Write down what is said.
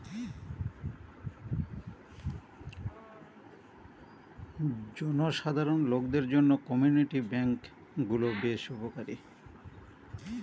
জনসাধারণ লোকদের জন্য কমিউনিটি ব্যাঙ্ক গুলো বেশ উপকারী